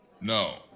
No